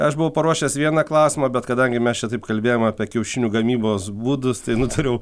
aš buvau paruošęs vieną klausimą bet kadangi mes čia taip kalbėjom apie kiaušinių gamybos būdus tai nutariau